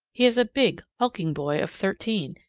he is a big, hulking boy of thirteen,